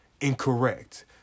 Incorrect